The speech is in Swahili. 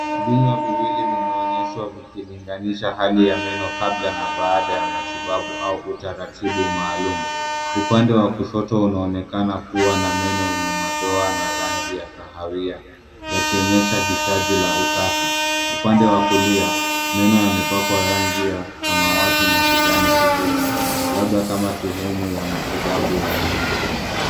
Vinywa viwili vimeonyshwa vikilinganisha hali ya meno kabla na baada ya matibabu au utaratibu maalumu. Upande wa kushoto unaonekana kuwa na meno yenye madoa ya rangi ya kahawia yakionyesha hitaji la usafi. Upande wa kulia meno yamepakwa rangi ya samawati na kijani kibichi labda kama sehemu ya matibabu ya meno.